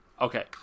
Okay